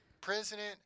President